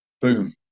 Boom